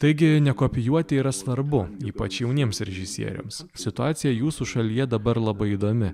taigi nekopijuoti yra svarbu ypač jauniems režisieriams situacija jūsų šalyje dabar labai įdomi